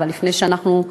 אבל לפני שאנחנו,